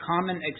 common